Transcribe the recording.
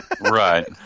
Right